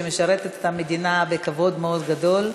שמשרתת את המדינה בכבוד מאוד גדול,